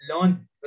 learn